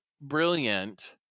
brilliant